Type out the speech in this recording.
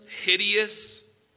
hideous